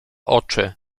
oczy